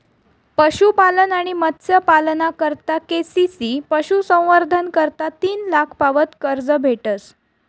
पशुपालन आणि मत्स्यपालना करता के.सी.सी पशुसंवर्धन करता तीन लाख पावत कर्ज भेटस